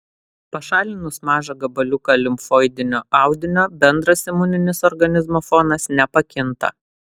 pašalinus mažą gabaliuką limfoidinio audinio bendras imuninis organizmo fonas nepakinta